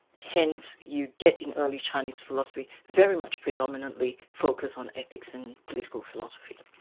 hence, you get in early chinese philosophy, very much predominantly focus on ethics and political philosophy.